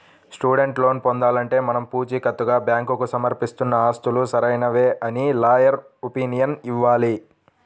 student loan పొందాలంటే మనం పుచీకత్తుగా బ్యాంకుకు సమర్పిస్తున్న ఆస్తులు సరైనవే అని లాయర్ ఒపీనియన్ ఇవ్వాలి